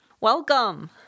Welcome